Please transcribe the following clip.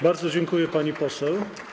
Bardzo dziękuję, pani poseł.